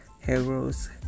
heroes